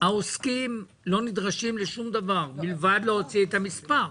העוסקים לא נדרשים לשום דבר מלבד להוציא את המספר.